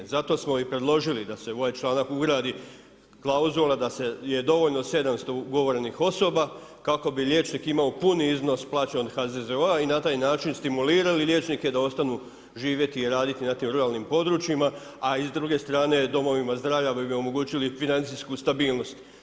Zato smo i predložili da se u ovaj članak ugradi klauzula da je dovoljno 700 ugovorenih osoba kako bi liječnik imao puni iznos plaćen od HZZO-a i na taj način stimulirali liječnike da ostanu živjeti i raditi na tim ruralnim područjima a i s druge strane u domovima zdravlja bi omogućili financijsku stabilnost.